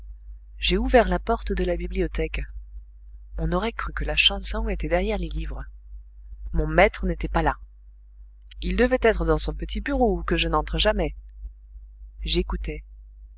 j'ai ouvert la porte de la bibliothèque on aurait cru que la chanson était derrière les livres mon maître n'était pas là il devait être dans son petit bureau où que je n'entre jamais j'écoutais